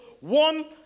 one